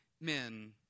men